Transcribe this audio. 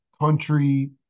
country